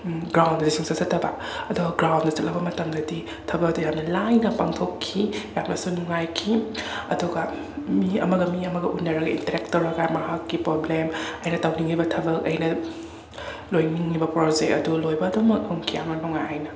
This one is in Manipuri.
ꯒ꯭ꯔꯥꯎꯟꯗꯗꯤ ꯁꯨꯛꯆꯠ ꯆꯠꯇꯕ ꯑꯗꯣ ꯒ꯭ꯔꯥꯎꯟꯗ ꯆꯠꯂꯕ ꯃꯇꯝꯗꯗꯤ ꯊꯕꯛ ꯑꯗꯨ ꯌꯥꯝꯅ ꯂꯥꯏꯅ ꯄꯥꯡꯊꯣꯛꯈꯤ ꯌꯥꯝꯅꯁꯨ ꯅꯨꯡꯉꯥꯏꯈꯤ ꯑꯗꯨꯒ ꯃꯤ ꯑꯃꯒ ꯃꯤ ꯑꯃꯒ ꯎꯅꯔꯒ ꯏꯟꯇꯔꯦꯛ ꯇꯧꯔꯀꯥꯟꯗ ꯃꯍꯥꯛꯀꯤ ꯄ꯭ꯔꯣꯕ꯭ꯂꯦꯝ ꯑꯩꯅ ꯇꯧꯅꯤꯡꯉꯤꯕ ꯊꯕꯛ ꯑꯩꯅ ꯂꯣꯏꯅꯤꯡꯉꯤꯕ ꯄ꯭ꯔꯣꯖꯦꯛ ꯑꯗꯨ ꯂꯣꯏꯕ ꯑꯗꯨꯝꯃꯛ ꯉꯝꯈꯤ ꯌꯥꯝꯅ ꯅꯨꯡꯉꯥꯏꯅ